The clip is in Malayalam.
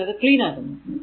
ഞാൻ ഇത് ക്ലീൻ ആക്കുന്നു